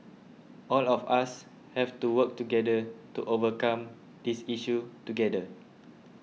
all of us have to work together to overcome this issue together